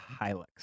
Hilux